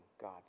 God